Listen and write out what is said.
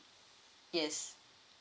yes